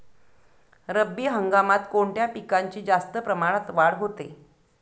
रब्बी हंगामात कोणत्या पिकांची जास्त प्रमाणात वाढ होते?